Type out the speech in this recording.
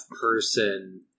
person